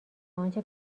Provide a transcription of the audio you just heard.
آنچه